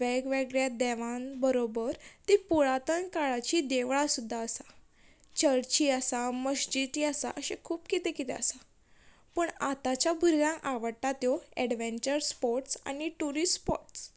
वेगवेगळ्या देवान बरोबर तीं पुळातन काळाचीं देवळां सुद्दां आसा चर्ची आसा मस्जिदी आसा अशें खूब कितें कितें आसा पूण आतांच्या भुरग्यांक आवडटा त्यो एडवँचर स्पोट्स आनी टुरीस स्पॉट्स